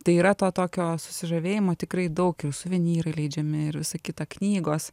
tai yra to tokio susižavėjimo tikrai daug ir suvenyrai leidžiami ir visa kita knygos